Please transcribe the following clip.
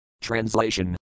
Translation